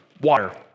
water